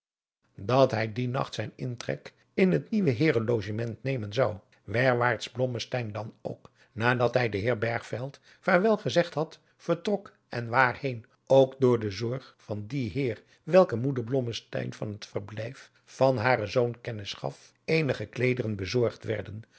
dat hij dien nacht zijn intrek in het nieuwe heeren logement nemen zou werwaarts blommesteyn dan ook nadat hij den heer bergveld vaarwel gezegd had vertrok en waarheen ook door de zorg van dien heer welke moeder blommesteyn van het verblijf van haren zoon kennis gaf eenige kleederen bezorgd werden